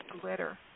glitter